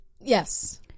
Yes